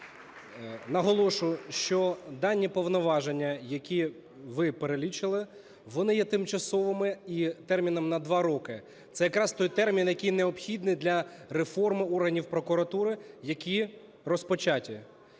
Наголошую, що дані повноваження, які ви перелічили, вони є тимчасовими і терміном на два роки. Це якраз той термін, який необхідний для реформи органів прокуратури, які розпочаті.